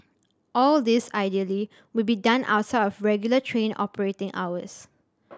all this ideally would be done outside of regular train operating hours